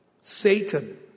Satan